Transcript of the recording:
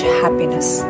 happiness